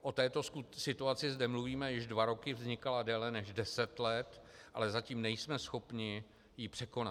O této situaci zde mluvíme již dva roky, vznikala déle než deset let, ale zatím nejsme schopni ji překonat.